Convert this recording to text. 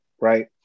right